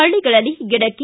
ಹಳ್ಳಗಳಲ್ಲಿ ಗಿಡಕ್ಕೆ